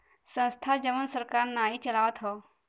संस्था जवन सरकार नाही चलावत हौ